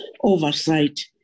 oversight